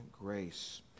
grace